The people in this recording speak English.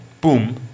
Boom